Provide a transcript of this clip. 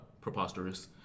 preposterous